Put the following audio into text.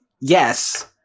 Yes